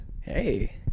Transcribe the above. Hey